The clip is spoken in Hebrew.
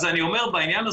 די לחכימא, אנחנו בערב חג.